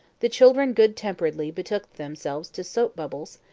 the children good-temperedly betook themselves to soap bubbles,